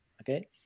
okay